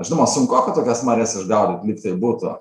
žinoma sunkoka tokias marias išgaudyt lygtai būtų